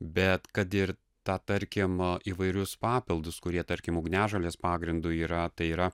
bet kad ir tą tarkim įvairius papildus kurie tarkim ugniažolės pagrindu yra tai yra